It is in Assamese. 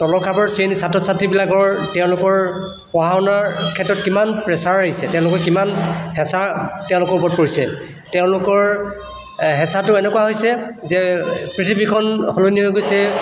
তলৰ খাপৰ শ্ৰেণীৰ ছাত্ৰ ছাত্ৰীবিলাকৰ তেওঁলোকৰ পঢ়া শুনাৰ ক্ষেত্ৰত কিমান প্ৰেচাৰ আহিছে তেওঁলোকৰ কিমান হেঁচা তেওঁলোকৰ ওপৰত পৰিছে তেওঁলোকৰ হেঁচাটো এনেকুৱা হৈছে যে পৃথিৱীখন সলনি হৈ গৈছে